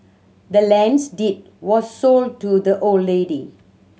the land's deed was sold to the old lady